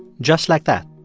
just like that,